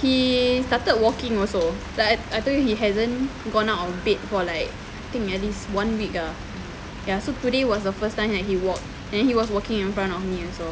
he started walking also like I told you he hasn't gone out of bed for like I think at least one week ah ya so today was the first time that he walked and he was walking in front of me also